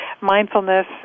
mindfulness